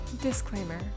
Disclaimer